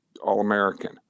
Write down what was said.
All-American